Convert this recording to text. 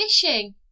fishing